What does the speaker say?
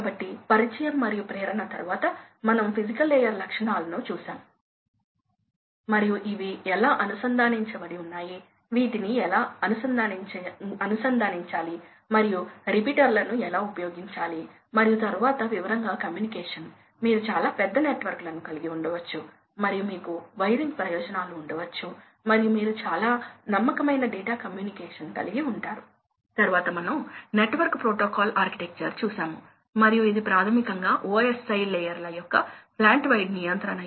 కాబట్టి static head తో ఇది ఇలా ఉంది ఇది థ్రోట్లింగ్ పద్ధతి కాబట్టి మరియు ఇది హెడ్ లేని వేరియబుల్ స్పీడ్ డ్రైవ్ పద్ధతి ఇది ముప్పై ఒకటి శాతం హెడ్ ఇది అరవై మూడు శాతం తద్వారా హెడ్ పెరిగేకొద్దీ ఎనర్జీ సేవింగ్ వాస్తవానికి తగ్గిస్తుంది మరియు థ్రోట్లింగ్ పద్ధతి వైపు కదులుతుంది